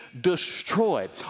destroyed